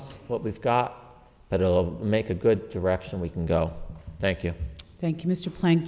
s what we've got that will make a good direction we can go thank you thank you mr plank